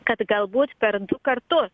kad galbūt per du kartus